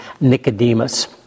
Nicodemus